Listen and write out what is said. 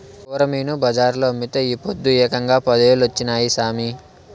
కొరమీను బజార్లో అమ్మితే ఈ పొద్దు ఏకంగా పదేలొచ్చినాయి సామి